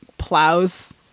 plows